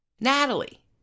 Natalie